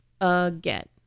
again